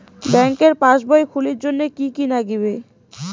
ব্যাঙ্কের পাসবই খুলির জন্যে কি কি নাগিবে?